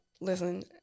listen